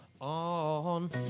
on